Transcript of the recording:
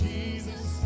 Jesus